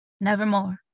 nevermore